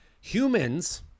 Humans